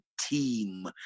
team